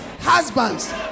husbands